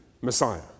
Messiah